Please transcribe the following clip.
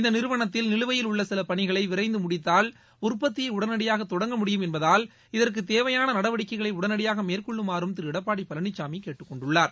இந்த நிறுவனத்தில் நிலுவையில் உள்ள சில பணிகளை விரைந்து முடித்தால் உற்பத்தியை உடனடியாக தொடங்க முடியும் என்பதால் இதற்குத் தேவையான நடவடிக்கைகளை உடனடியாக மேற்கொள்ளுமாறும் திரு எடப்பாடி பழனிசாமி கேட்டுக் கொண்டுள்ளார்